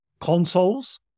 consoles